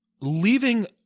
leaving